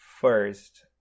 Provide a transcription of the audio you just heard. first